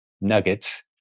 nuggets